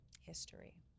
History